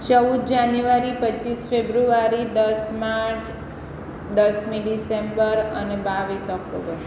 ચૌદ જાન્યુવારી પચીસ ફેબ્રુવારી દસ માર્ચ દસમી ડિસેમ્બર અને બાવીસ ઓક્ટોબર